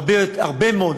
הרבה מאוד,